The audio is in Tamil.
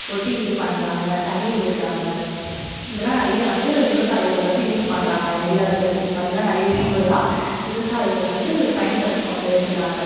ஒட்டி இது பண்ணுறாங்க தண்ணீர் விடுறாங்க இதெலாம் நிறைய வந்து விவசாயிகள் வந்து யூஸ் பண்ணுறாங்க நெல் அறுக்கிறத்துக்கு இந்த மாதிரில்லாம் நிறைய விஷயங்கள் எல்லாம் விவசாயிகள் வந்து பயன்படுத்திக் கொண்டு இருக்கிறாங்க